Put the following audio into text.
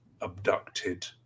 abducted